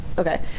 Okay